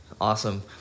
Awesome